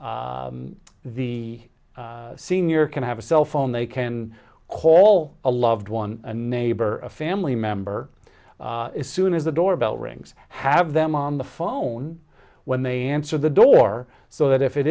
the senior can have a cell phone they can call a loved one a neighbor a family member as soon as the doorbell rings have them on the phone when they answer the door so that if it